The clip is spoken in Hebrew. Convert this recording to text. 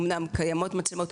אמנם קיימות מצלמות,